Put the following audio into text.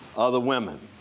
other women.